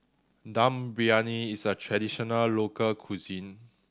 Dum Briyani is a traditional local cuisine